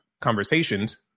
conversations